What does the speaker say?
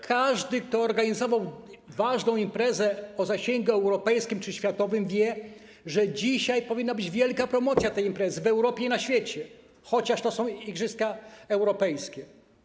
Każdy, kto organizował ważną imprezę o zasięgu europejskim czy światowym, wie, że dzisiaj powinna być wielka promocja tej imprezy w Europie i na świecie, chociaż to są igrzyska europejskie.